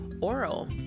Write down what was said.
oral